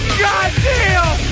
goddamn